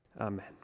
Amen